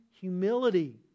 humility